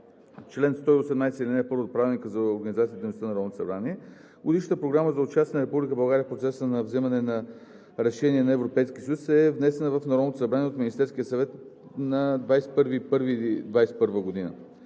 чл. 118, ал. 1 от Правилника за организацията и дейността на Народното събрание Годишната програма за участие на Република България в процеса на вземане на решения на Европейския съюз е внесена в Народно събрание от Министерския съвет на 21 януари